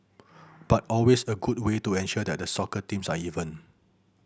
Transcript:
but always a good way to ensure that the soccer teams are even